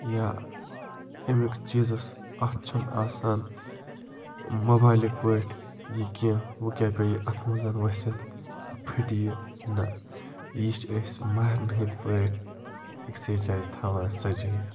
یا اَمیُک چیٖزَس اَتھ چھُنہٕ آسان موبایلٕکۍ پٲٹھۍ یہِ کینٛہہ وۄنۍ کیٛاہ پیٚیہِ اَتھٕ منٛز ؤسِتھ وۄنۍ پھٕٹہِ یہِ نہٕ یہِ چھِ أسۍ مہرنہِ ہِنٛدۍ پٲٹھۍ أکۍسٕے جایہِ تھاوان سَجٲیِتھ